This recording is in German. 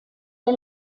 der